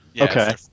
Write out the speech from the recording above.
Okay